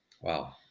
Wow